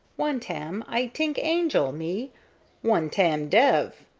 one tam i t'ink angele, me one tam dev.